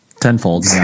tenfold